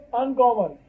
uncommon